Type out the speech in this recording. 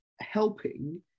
helping